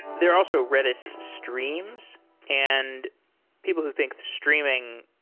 there are also redis streams and people who think streaming,